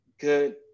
good